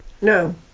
No